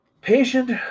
Patient